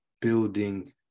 building